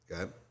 okay